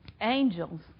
Angels